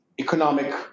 economic